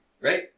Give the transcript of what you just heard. right